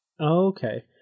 okay